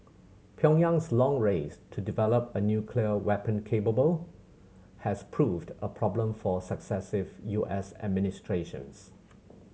Pyongyang's long race to develop a nuclear weapon capable has proved a problem for successive U S administrations